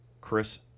Chris